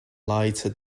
lighter